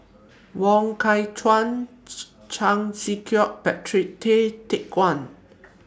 Wong Kah Chun Chan Sek Keong Patrick Tay Teck Guan